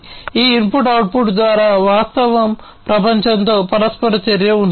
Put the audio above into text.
ఈ input output ద్వారా వాస్తవ ప్రపంచంతో పరస్పర చర్య ఉంటుంది